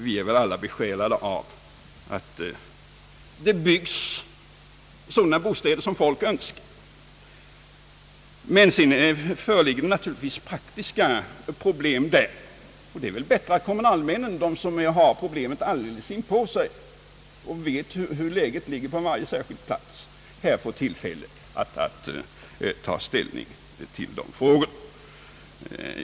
Vi är alla besjälade av en önskan att det byggs sådana bostäder som folk vill ha. Men sedan föreligger naturligtvis praktiska problem. Därför är det väl bättre att kommunalmännen, som har problemet alldeles inpå sig och som vet hur läget är på varje plats, får ta ställning till dessa frågor.